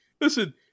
listen